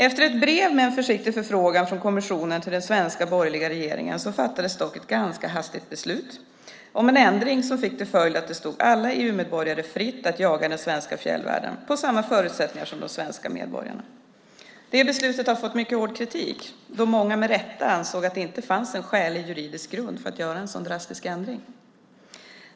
Efter ett brev med en försiktig förfrågan från kommissionen till den svenska borgerliga regeringen fattades dock ett ganska hastigt beslut om en ändring som fick till följd att det stod alla EU-medborgare fritt att jaga i den svenska fjällvärlden under samma förutsättningar som svenska medborgare. Det beslutet har fått mycket hård kritik eftersom många med rätta anser att det inte finns en skälig juridisk grund att göra en sådan drastisk ändring.